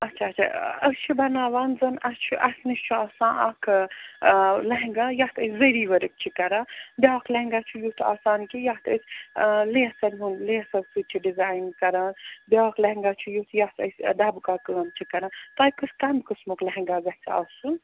اچھا اچھا أسۍ چھِ بناوان زَن اَسہِ چھِ اَسہِ نِش چھُ آسان اَکھ لہنگا یَتھ أسۍ زٔری ؤرک چھِ کران بیاکھ لہنگا چھُ یُتھ آسان کہِ یَتھ ٲسۍ لیسَن ہُنٛد لیسَو سۭتۍ چھِ ڈِزاین کران بیٛاکھ لہنگا چھُ یُس یَتھ أسۍ دبکا کٲم چھِ کران تۄہہِ کُس کَمہِ قسمُک لہنگا گَژھِ آسُن